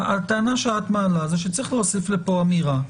הטענה שאת מעלה היא שצריך להוסיף כאן אמירה,